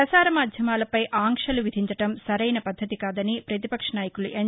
ప్రసార మాధ్యమాలపై ఆంక్షలు విధించడం సరైన పద్దతి కాదని ప్రతిపక్ష నాయుకులు ఎన్